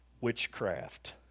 witchcraft